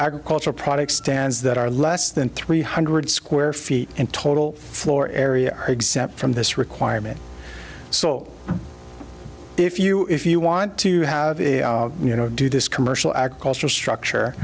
agricultural products stands that are less than three hundred square feet in total floor area are exempt from this requirement so if you if you want to have you know do this commercial agriculture structure